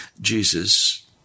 Jesus